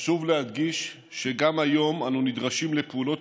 חשוב להדגיש שגם היום אנו נדרשים לפעולות